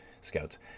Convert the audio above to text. scouts